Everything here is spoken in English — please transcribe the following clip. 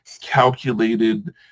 calculated